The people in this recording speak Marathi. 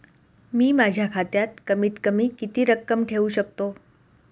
मी माझ्या खात्यात कमीत कमी किती रक्कम ठेऊ शकतो?